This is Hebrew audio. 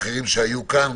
כל האחרים שהיו כאן,